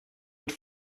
mit